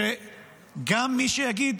שגם מי שיגיד,